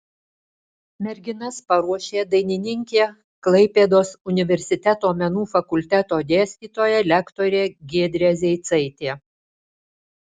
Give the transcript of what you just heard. merginas paruošė dainininkė klaipėdos universiteto menų fakulteto dėstytoja lektorė giedrė zeicaitė